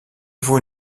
vaut